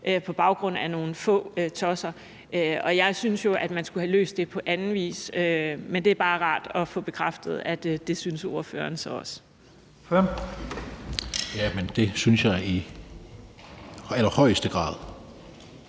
på baggrund af nogle få tosser. Og jeg synes jo, at man skulle have løst det på anden vis. Men det er bare rart at få bekræftet, at det synes ordføreren også. Kl. 11:59 Første næstformand (Leif Lahn